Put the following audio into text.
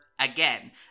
again